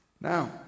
Now